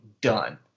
done